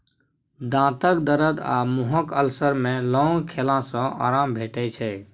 दाँतक दरद आ मुँहक अल्सर मे लौंग खेला सँ आराम भेटै छै